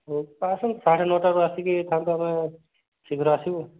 ହଁ ଆସନ୍ତୁ ସାଢ଼େ ନଅଟାରେ ଆସିକି ଫୋନ୍ ଶିଘ୍ର ଆସିବୁ